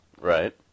Right